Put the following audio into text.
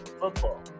football